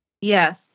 Yes